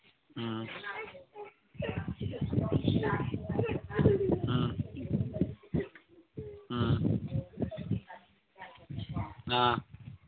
ꯎꯝ ꯎꯝ ꯎꯝ ꯑꯥ